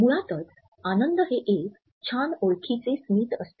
मुळातच आनंद हे एक छान ओळखीचे स्मित असते